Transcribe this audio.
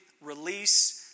release